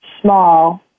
small